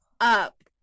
up